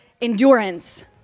endurance